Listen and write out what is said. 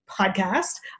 podcast